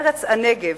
בארץ הנגב,